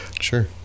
Sure